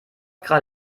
gerade